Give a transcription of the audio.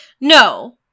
No